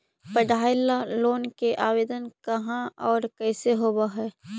पढाई ल लोन के आवेदन कहा औ कैसे होब है?